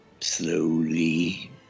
slowly